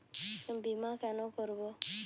বিমা কেন করব?